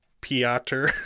Piotr